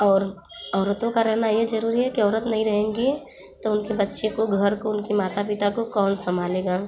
और औरतों का रहना ये ज़रूरी है कि अगर नहीं औरत नहीं रहेगी तो उनके बच्चे को घर को उनके माता पिता को कौन संभालेगा